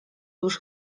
już